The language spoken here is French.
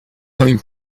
point